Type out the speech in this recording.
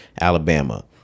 Alabama